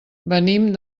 venim